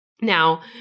Now